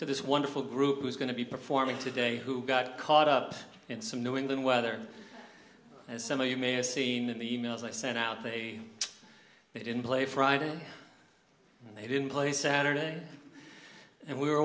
to this wonderful group who's going to be performing today who got caught up in some new england weather as some of you may have seen the emails i sent out they they didn't play friday they didn't play saturday and we were